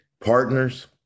partners